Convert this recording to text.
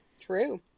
true